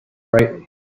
brightly